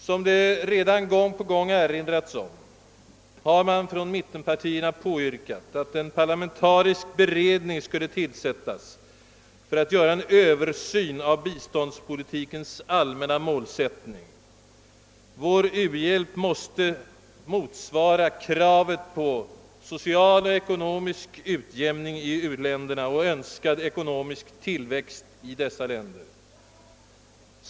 Som det redan förut erinrats om har mittenpartierna påyrkat, att en parlamentarisk beredning skulle tillsättas för att göra en översyn av biståndspolitikens allmänna målsättning. Vår u-hjälp måste motsvara kravet på social och ekonomisk utjämning liksom på önskad ekonomisk tillväxt i u-länderna.